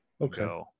okay